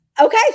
Okay